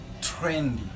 trendy